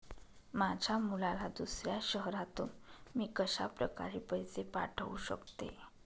माझ्या मुलाला दुसऱ्या शहरातून मी कशाप्रकारे पैसे पाठवू शकते?